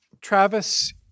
Travis